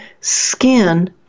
skin